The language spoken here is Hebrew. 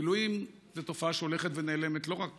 מילואים זאת תופעה שהולכת ונעלמת, לא רק